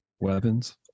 weapons